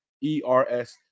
E-R-S